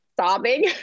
sobbing